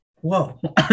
whoa